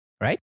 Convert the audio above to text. Right